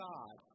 God